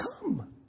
come